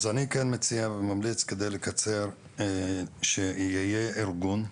אז אני כן מציע וממליץ על מנת לקצר שיהיה איזה שהוא ארגון,